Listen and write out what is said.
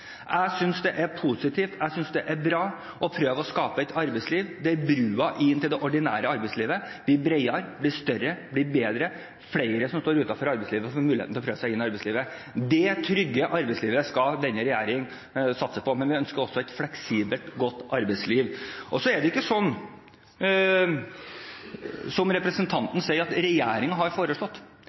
Jeg synes det er positivt, jeg synes det er bra, å prøve å skape et arbeidsliv der broen inn til det ordinære arbeidslivet blir bredere, blir større, blir bedre, der flere som står utenfor arbeidslivet, får muligheten til å prøve seg i arbeidslivet. Dét trygge arbeidslivet skal denne regjeringen satse på, men vi ønsker også et fleksibelt, godt arbeidsliv. Så er det ikke slik som representanten sier, at regjeringen har foreslått.